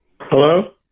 Hello